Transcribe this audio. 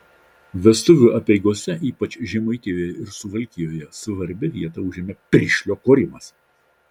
vestuvių apeigose ypač žemaitijoje ir suvalkijoje svarbią vietą užėmė piršlio korimas